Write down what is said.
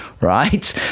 right